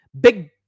big